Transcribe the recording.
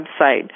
website